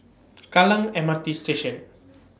Kallang M R T Station